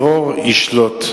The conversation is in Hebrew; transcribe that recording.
נסוגים.